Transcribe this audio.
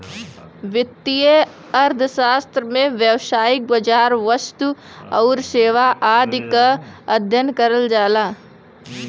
वित्तीय अर्थशास्त्र में वैश्विक बाजार, वस्तु आउर सेवा आदि क अध्ययन करल जाला